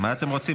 מה אתם רוצים?